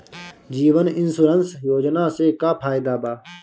जीवन insurance योजना से का फायदा बा?